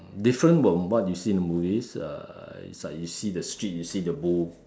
different from what you see in the movies uh is like you see the street you see the bull